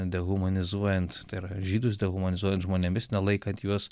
dehumanizuojant tai yra žydus dehumanizuojant žmonėmis nelaikant juos